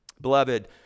beloved